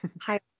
Hi